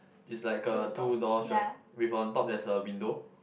is like a two doors right with on top there's a window